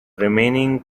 remaining